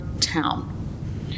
town